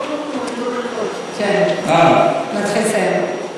כן, להתחיל לסיים.